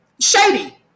shady